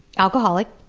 alcoholic,